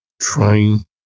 trying